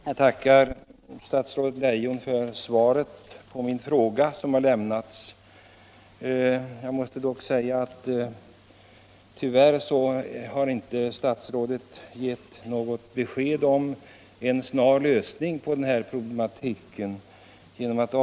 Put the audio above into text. Herr talman! Jag tackar statsrådet Leijon för svaret. Tyvärr har statsrådet dock inte givit något besked om en snar lösning på den problematik som jag har berört i min fråga.